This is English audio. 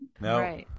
No